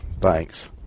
Thanks